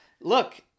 Look